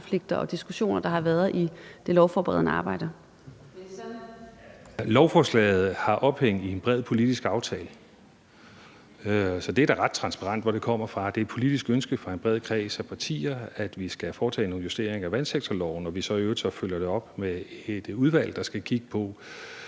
Klima-, energi- og forsyningsministeren (Lars Aagaard): Lovforslaget har ophæng i en bred politisk aftale. Så det er da ret transparent, hvor det kommer fra, altså at det er et politisk ønske fra en bred kreds af partier, at vi skal foretage nogle justeringer af vandsektorloven, og at vi så i øvrigt følger det op med et udvalg, der skal kigge på